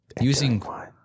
using